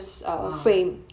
uh